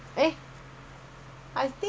lah